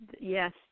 Yes